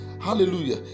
Hallelujah